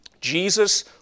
Jesus